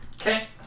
Okay